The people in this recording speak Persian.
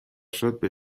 شد، به